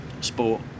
sport